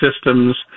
systems